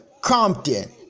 Compton